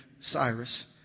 Cyrus